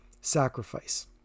sacrifice